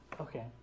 Okay